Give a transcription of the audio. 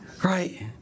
Right